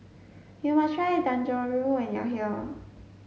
you must try Dangojiru when you are here